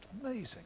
amazing